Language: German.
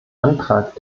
antrag